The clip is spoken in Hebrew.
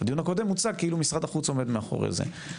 בדיון הקודם הוצג כאילו משרד החוץ עומד מאחורי זה.